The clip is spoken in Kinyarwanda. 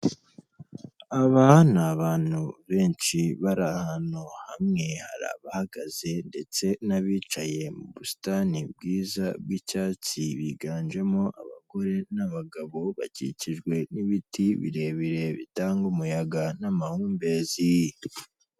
Aba ni abantu benshi bari ahantu hamwe, hari abahagaze ndetse n'abicaye mu busitani bwiza bw'icyatsi biganjemo abagore n'abagabo, bakikijwe n'ibiti birebire bitanga umuyaga n'amahumbezi.